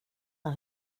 han